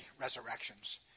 resurrections